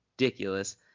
ridiculous